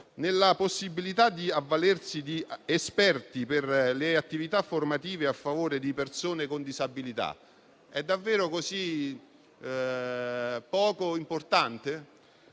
La possibilità di avvalersi di esperti per le attività formative a favore di persone con disabilità è davvero così poco importante?